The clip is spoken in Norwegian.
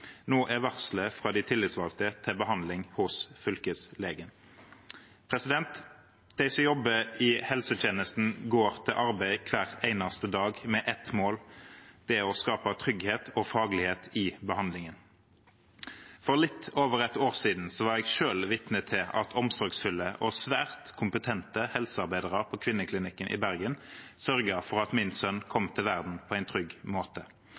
Nå er varselet fra de tillitsvalgte til behandling hos fylkeslegen. De som jobber i helsetjenesten, går til arbeid hver eneste dag med ett mål: å skape trygghet og faglighet i behandlingen. For litt over et år siden var jeg selv vitne til at omsorgsfulle og svært kompetente helsearbeidere på kvinneklinikken i Bergen sørget for at min sønn kom til verden på en trygg måte.